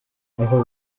ako